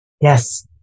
Yes